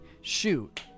shoot